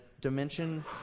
dimension